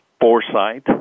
foresight